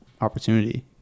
opportunity